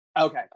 Okay